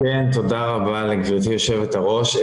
כן, תודה רבה לגברתי יושבת הראש.